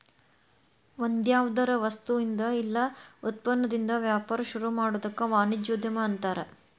ಒಂದ್ಯಾವ್ದರ ವಸ್ತುಇಂದಾ ಇಲ್ಲಾ ಉತ್ಪನ್ನದಿಂದಾ ವ್ಯಾಪಾರ ಶುರುಮಾಡೊದಕ್ಕ ವಾಣಿಜ್ಯೊದ್ಯಮ ಅನ್ತಾರ